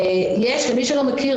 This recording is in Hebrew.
למי שלא מכיר,